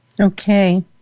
Okay